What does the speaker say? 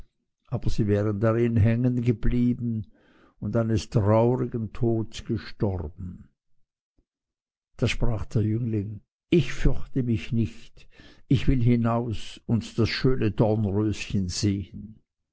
aber sie wären darin hängen geblieben und eines traurigen todes gestorben da sprach der jüngling ich fürchte mich nicht ich will hinaus und das schöne dornröschen sehen